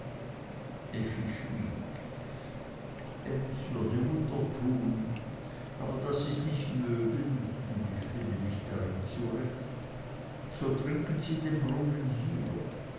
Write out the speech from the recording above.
ems würde wunder tun aber da sie's nicht mögen und ich finde mich darin zurecht so trinken sie den brunnen hier